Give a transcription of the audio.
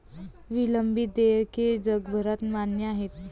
विलंबित देयके जगभरात मान्य आहेत